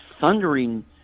thundering